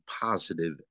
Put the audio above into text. positive